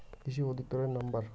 কৃষি অধিকর্তার নাম্বার?